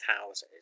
houses